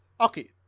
Okay